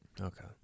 Okay